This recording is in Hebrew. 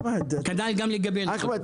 כדאי גם --- אחמד,